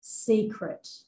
secret